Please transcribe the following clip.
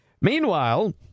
Meanwhile